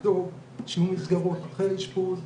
לדאוג שיהיו מסגרות אחרי אשפוז,